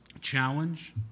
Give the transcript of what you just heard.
challenge